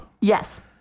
Yes